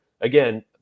Again